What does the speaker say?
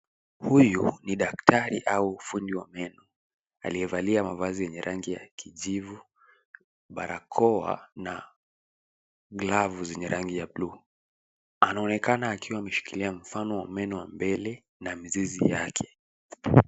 Huyu ni daktari au fundi wa meno, aliyevalia mavazi yenye rangi ya kijivu, barakoa na glavu zenye rangi ya buluu. Anaonekana akiwa ameshikilia mfano wa meno wa mbele na mizizi yake.